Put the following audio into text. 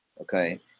Okay